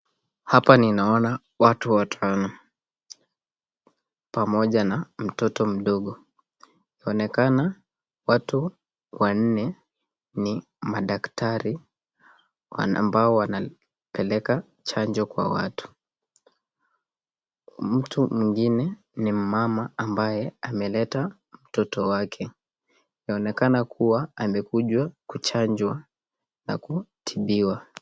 Hapa ninaona watu watano pamoja na mtoto mdogo inaonekana watu wanne ni madaktari ambao wanapeleka chanjo kwa watu. Mtu mwengine ni mama ambae ameleta mtoto wake, inaonekana kuwa amekuja kuchanjwa na kutibiwa.